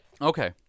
Okay